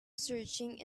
searching